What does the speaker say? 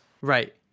Right